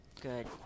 Good